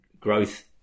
growth